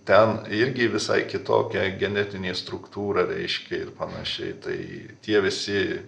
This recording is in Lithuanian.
ten irgi visai kitokia genetinė struktūra reiškia ir panašiai tai tie visi